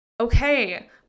Okay